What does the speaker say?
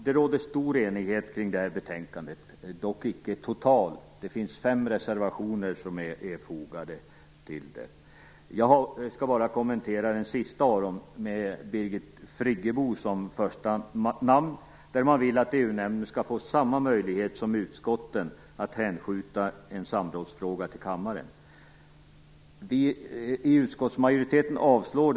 Det råder stor enighet kring detta betänkande, dock icke total. Det finns fem reservationer som är fogade till det. Jag skall enbart kommentera den sista av dem, med Birgit Friggebo som första namn, där man vill att EU-nämnden skall få samma möjlighet som utskotten att hänskjuta en samrådsfråga till kammaren.